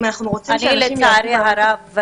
לצערי הרב,